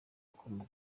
akomoka